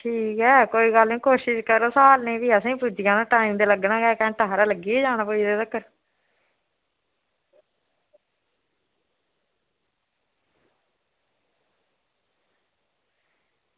ठीक ऐ तोई गल्ल निं कोशिश करो स्हालनै दी ते इन्ने चिर असें बी पुज्जी जाना ते घैंटा हारा लग्गी बी जाना पुज्जनै तगर